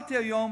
שאלתי היום,